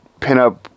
pinup